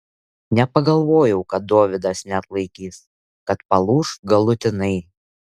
nepagalvojau kad dovydas neatlaikys kad palūš galutinai